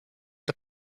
the